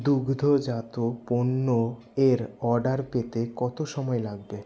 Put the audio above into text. দুগ্ধজাত পণ্য এর অর্ডার পেতে কত সময় লাগবে